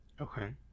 Okay